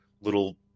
little